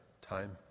time